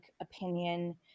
opinion